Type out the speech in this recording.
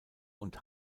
und